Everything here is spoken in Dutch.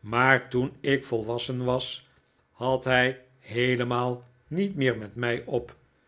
maar toen ik volwassen was had hij heelemaal niet meer met mij op